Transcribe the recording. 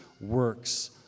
works